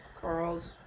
Carl's